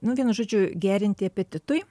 nu vienu žodžiu gerinti apetitui